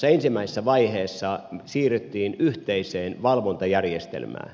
ensimmäisessä vaiheessa siirryttiin yhteiseen valvontajärjestelmään